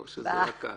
או שזה רק את?